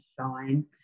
shine